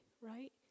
right